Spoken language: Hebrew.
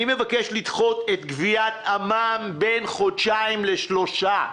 אני מבקש לדחות את גביית המע"מ בין חודשיים לשלושה חודשים.